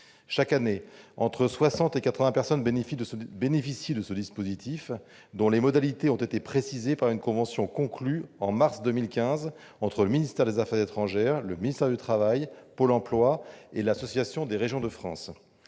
Chaque année, entre soixante et quatre-vingts personnes bénéficient de ce dispositif, dont les modalités ont été précisées par une convention conclue en mars 2015 entre le ministère des affaires étrangères, le ministère du travail, Pôle emploi et l'Association des régions de France.